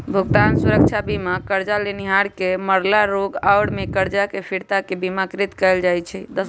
भुगतान सुरक्षा बीमा करजा लेनिहार के मरला, रोग आउरो में करजा के फिरता के बिमाकृत कयल जाइ छइ